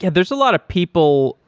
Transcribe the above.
yeah there's a lot of people,